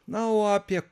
na o apie